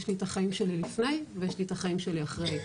יש לי את החיים שלי לפני ויש לי את החיים שלי אחרי.